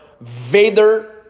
vader